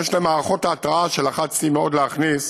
יש את מערכות ההתרעה שלחצתי מאוד להכניס,